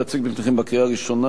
בקריאה ראשונה